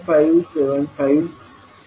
7575 Siemens मिळेल